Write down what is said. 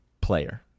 player